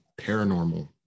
paranormal